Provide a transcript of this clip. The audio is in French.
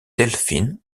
delphin